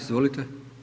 Izvolite.